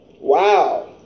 Wow